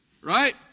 Right